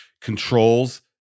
controls